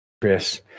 chris